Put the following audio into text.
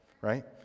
Right